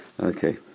Okay